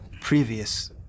previous